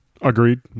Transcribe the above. Agreed